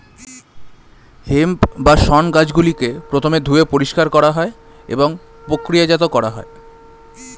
hemp বা শণ গাছগুলিকে প্রথমে ধুয়ে পরিষ্কার করা হয় এবং প্রক্রিয়াজাত করা হয়